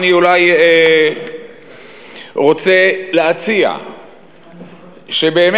אני אולי רוצה להציע שבאמת,